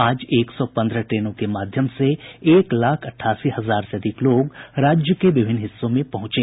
आज एक सौ पन्द्रह ट्रेनों के माध्यम से एक लाख अठासी हजार से अधिक लोग राज्य के विभिन्न हिस्सों में पहुंचे